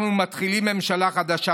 אנחנו מתחילים ממשלה חדשה.